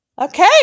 Okay